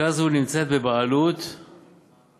חלקה זו נמצאת בבעלות פרטית